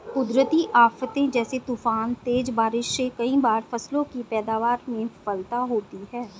कुदरती आफ़ते जैसे तूफान, तेज बारिश से कई बार फसलों की पैदावार में विफलता होती है